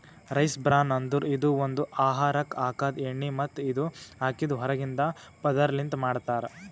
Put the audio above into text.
rice bran ಅಂದುರ್ ಇದು ಒಂದು ಆಹಾರಕ್ ಹಾಕದ್ ಎಣ್ಣಿ ಮತ್ತ ಇದು ಅಕ್ಕಿದ್ ಹೊರಗಿಂದ ಪದುರ್ ಲಿಂತ್ ಮಾಡ್ತಾರ್